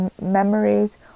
memories